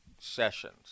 sessions